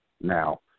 Now